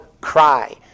cry